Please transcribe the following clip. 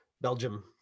belgium